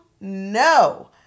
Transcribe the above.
No